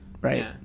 right